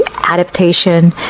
adaptation